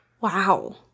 Wow